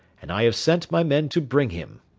and i have sent my men to bring him.